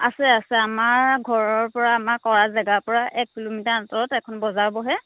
আছে আছে আমাৰ ঘৰৰপৰা আমাৰ কৰা জেগাৰপৰা এক কিলোমিটাৰ আঁতৰত এখন বজাৰ বহে